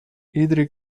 iedere